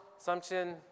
assumption